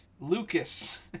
Lucas